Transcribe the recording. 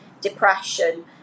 depression